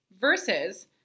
versus